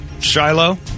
Shiloh